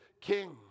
king